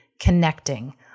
connecting